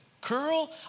curl